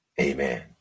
Amen